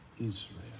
Israel